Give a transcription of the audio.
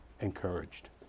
encouraged